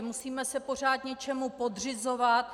Musíme se pořád něčemu podřizovat.